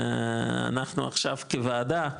אנחנו עכשיו כוועדה,